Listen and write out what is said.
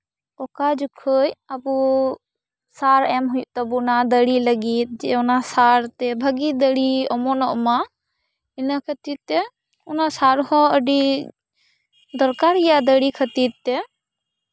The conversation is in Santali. ᱚᱠᱟ ᱡᱚᱠᱷᱚᱡ ᱟᱵᱚ ᱥᱟᱨ ᱮᱢ ᱦᱩᱭᱩᱜ ᱛᱟᱵᱚᱱᱟ ᱫᱟᱨᱮ ᱞᱟᱹᱜᱤᱫ ᱡᱮ ᱚᱱᱟ ᱥᱟᱨ ᱛᱮ ᱵᱷᱟᱹᱜᱤ ᱫᱟᱨᱮ ᱚᱢᱚᱱᱚᱜᱼᱢᱟ ᱤᱱᱟᱹ ᱠᱷᱟᱹᱛᱤᱨ ᱛᱮ ᱚᱱᱟ ᱥᱟᱨ ᱦᱚᱸ ᱟᱹᱰᱤ ᱫᱚᱨᱠᱟᱨ ᱜᱮᱭᱟ ᱫᱟᱨᱮ ᱠᱷᱟᱹᱛᱤᱨ ᱛᱮ